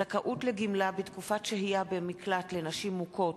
(זכאות לגמלה בתקופת שהייה במקלט לנשים מוכות),